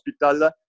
hospital